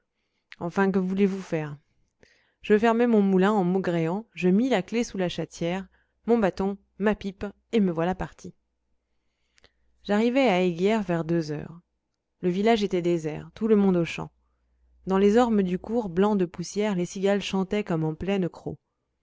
enfin que voulez-vous faire je fermai le moulin en maugréant je mis la clef sous la chatière mon bâton ma pipe et me voilà parti j'arrivai à eyguières vers deux heures le village était désert tout le monde aux champs dans les ormes du cours blancs de poussière les cigales chantaient comme en pleine crau